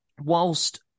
whilst